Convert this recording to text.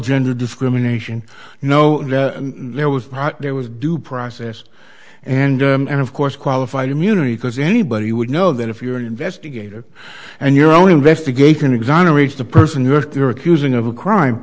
gender discrimination no there was there was due process and and of course qualified immunity because anybody would know that if you're an investigator and your own investigation exonerates the person earth you're accusing of a crime